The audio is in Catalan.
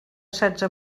setze